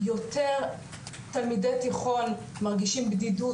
יותר תלמידי תיכון מרגישים בדידות,